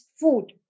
food